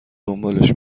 دنبالش